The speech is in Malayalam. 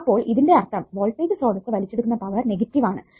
അപ്പോൾ ഇതിന്റെ അർത്ഥം വോൾടേജ് സ്രോതസ്സ് വലിച്ചെടുക്കുന്ന പവർ നെഗറ്റീവ് ആണ്